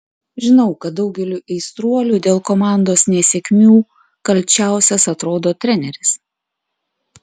žinau kad daugeliui aistruolių dėl komandos nesėkmių kalčiausias atrodo treneris